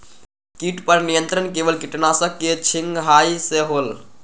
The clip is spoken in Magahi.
किट पर नियंत्रण केवल किटनाशक के छिंगहाई से होल?